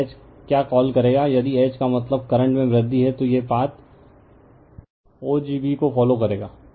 तो H क्या call करेगा यदि H का मतलब करंट में वृद्धि है तो यह पाथ ogb को फॉलो करेगा